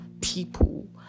people